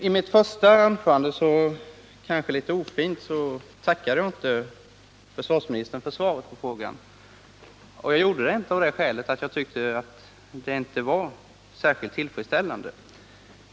I mitt första anförande var jag kanske litet ofin därför att jag inte tackade försvarsministern för svaret på min fråga. Jag gjorde det inte av det skälet att jag inte tyckte att svaret var särskilt tillfredsställande.